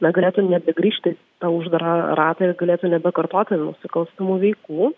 negalėtų nebegrįžti į tą uždarą ratą ir galėtų nebekartoti nusikalstamų veikų